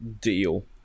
Deal